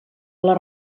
les